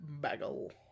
Bagel